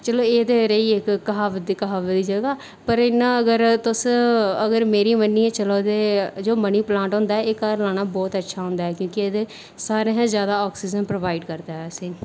चलो एह् रेही इक क्हावत ते क्हावत दी जगह पर इंया अगर तुस अगर मेरी मन्नियै चलो ते जो मनी प्लांट होंदा ऐ एह् घर लाना बोह्त अच्छा होंदा ऐ क्योंकि एह्दे सारें कशा जादा आक्सीजन प्रोवाइड करदा ऐ असेंगी